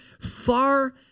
far